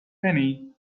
penny